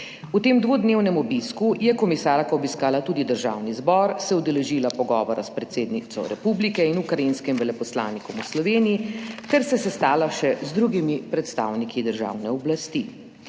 V tem dvodnevnem obisku je komisarka obiskala tudi Državni zbor, se udeležila pogovora s predsednico republike in ukrajinskim veleposlanikom v Sloveniji ter se sestala še z drugimi predstavniki državne oblasti.